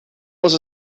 muss